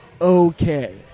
okay